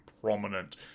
prominent